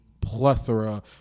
plethora